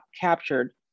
captured